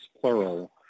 plural